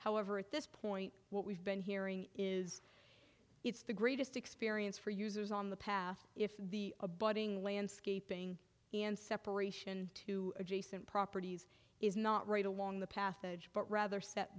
however at this point what we've been hearing is it's the greatest experience for users on the path if the a budding landscaping and separation to adjacent properties is not right along the path edge but rather s